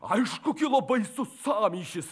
aišku kilo baisus sąmyšis